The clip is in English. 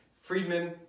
Friedman